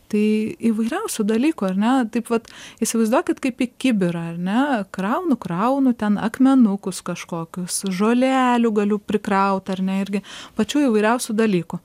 tai įvairiausių dalykų ar ne taip vat įsivaizduokit kaip į kibirą ar ne kraunu kraunu ten akmenukus kažkokius žolelių galiu prikraut ar ne irgi pačių įvairiausių dalykų